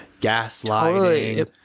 gaslighting